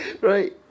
Right